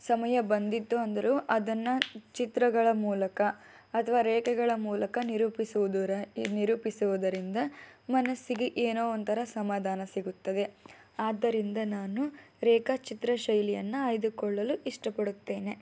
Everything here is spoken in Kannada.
ಸಮಯ ಬಂದಿತು ಅಂದರೂ ಅದನ್ನು ಚಿತ್ರಗಳ ಮೂಲಕ ಅಥವಾ ರೇಖೆಗಳ ಮೂಲಕ ನಿರೂಪಿಸುವುದರ ನಿರೂಪಿಸುವುದರಿಂದ ಮನಸ್ಸಿಗೆ ಏನೋ ಒಂಥರ ಸಮಾಧಾನ ಸಿಗುತ್ತದೆ ಆದ್ದರಿಂದ ನಾನು ರೇಖಾಚಿತ್ರ ಶೈಲಿಯನ್ನು ಆಯ್ದುಕೊಳ್ಳಲು ಇಷ್ಟಪಡುತ್ತೇನೆ